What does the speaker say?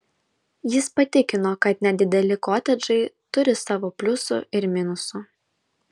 jis patikino kad nedideli kotedžai turi savo pliusų ir minusų